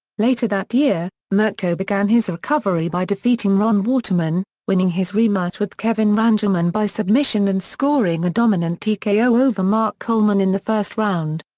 later that year, mirko began his recovery by defeating ron waterman, winning his rematch with kevin randleman by submission and scoring a dominant tko over mark coleman in the first round.